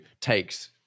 takes